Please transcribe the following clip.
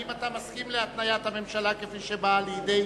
האם אתה מסכים להתניית הממשלה שבאה לידי